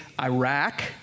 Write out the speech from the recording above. Iraq